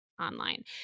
online